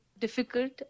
difficult